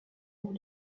lors